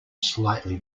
slightly